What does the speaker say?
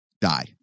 die